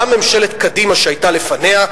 גם ממשלת קדימה שהיתה לפניה,